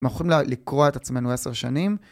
אנחנו יכולים לקרוע את עצמנו עשר שנים.